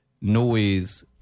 noise